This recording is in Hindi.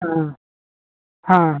हाँ हाँ